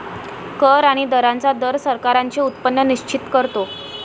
कर आणि दरांचा दर सरकारांचे उत्पन्न निश्चित करतो